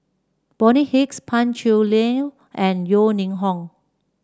Bonny Hicks Pan Cheng Lui and Yeo Ning Hong